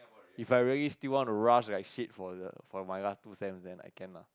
if I really still want to rush like shit for the for my last two sems then I can lah